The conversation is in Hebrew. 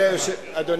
תודה